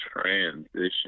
transition